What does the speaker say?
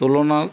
তুলনাত